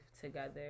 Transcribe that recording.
together